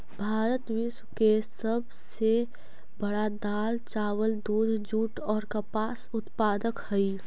भारत विश्व के सब से बड़ा दाल, चावल, दूध, जुट और कपास उत्पादक हई